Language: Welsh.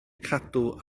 cadw